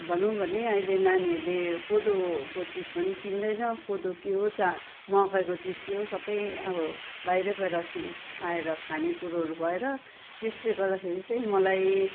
भनौँ भने अहिले नानीहरूले कोदोको चिज पनि चिन्दैन कोदो के हो चा मकैको चिज के हो सबै अब बाहिरैबाट आएर खाने कुरोहरू भयो र त्यसले गर्दाखेरि चाहिँ मलाई